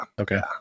Okay